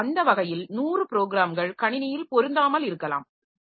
எனவே அந்த வகையில் 100 ப்ரோகிராம்கள் கணினியில் பொருந்தாமல் இருக்கலாம்